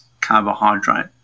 carbohydrate